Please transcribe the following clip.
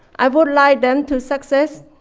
i would like them to success